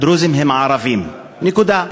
הדרוזים הם ערבים, נקודה.